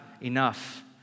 enough